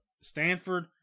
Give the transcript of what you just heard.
stanford